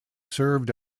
served